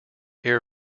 air